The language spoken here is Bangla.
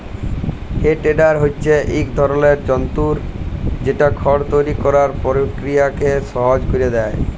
হে টেডার হছে ইক ধরলের যল্তর যেট খড় তৈরি ক্যরার পকিরিয়াকে সহজ ক্যইরে দেঁই